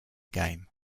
game